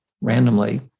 randomly